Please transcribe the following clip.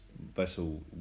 vessel